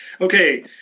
okay